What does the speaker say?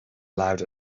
allowed